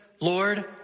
Lord